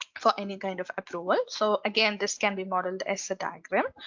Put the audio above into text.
for any kind of approval. ah so again this can be modeled as a diagram.